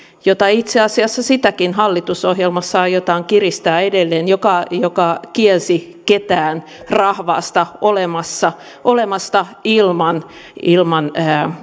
jota sitäkin itse asiassa hallitusohjelmassa aiotaan kiristää edelleen joka joka kielsi ketään rahvasta olemasta ilman ilman